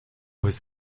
his